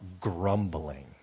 grumbling